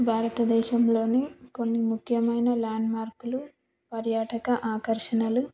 భారతదేశంలోని కొన్ని ముఖ్యమైన ల్యాండ్మార్కులు పర్యాటక ఆకర్షణలు